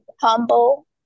humble